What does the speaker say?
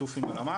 בשיתוף עם הלמ"ס,